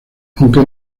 aunque